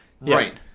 Right